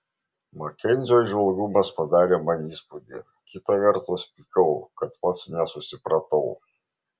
makenzio įžvalgumas padarė man įspūdį kita vertus pykau kad pats nesusipratau